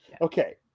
Okay